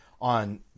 on